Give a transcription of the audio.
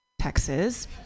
Texas